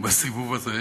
בסיבוב הזה,